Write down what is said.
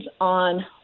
on